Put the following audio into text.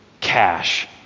cash